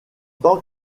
tant